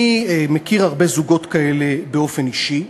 אני מכיר הרבה זוגות כאלה באופן אישי,